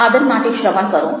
આદર માટે શ્રવણ કરો